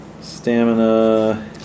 stamina